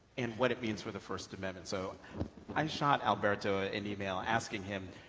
and what it means for the first amendment so i shot alberto ah an email asking him,